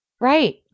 Right